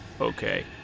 Okay